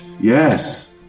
Yes